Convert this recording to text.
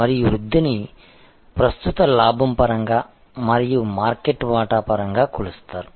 మరియు వృద్ధి ని ప్రస్తుత లాభం పరంగా మరియు మార్కెట్ వాటా పరంగా కొలుస్తారు